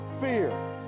fear